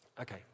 Okay